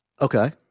Okay